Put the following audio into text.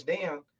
down